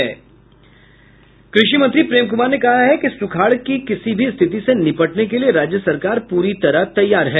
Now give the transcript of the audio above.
कृषि मंत्री प्रेम कुमार ने कहा है कि सुखाड़ की किसी भी स्थिति से निपटने के लिए राज्य सरकार प्ररी तरह तैयार है